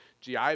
GI